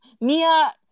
Mia